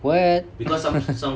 what